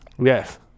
Yes